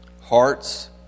hearts